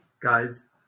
Guys